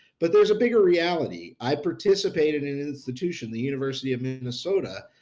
but there's a bigger reality i participate in an institution, the university of minnesota,